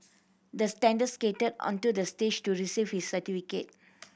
the standard skated onto the stage to receive his certificate